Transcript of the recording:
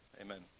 amen